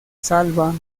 salva